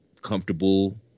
comfortable